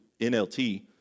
NLT